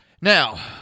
Now